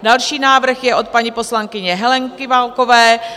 Další návrh je od paní poslankyně Heleny Válkové.